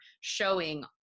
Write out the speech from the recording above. showing